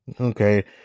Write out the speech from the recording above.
Okay